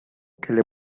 pone